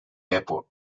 airport